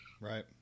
Right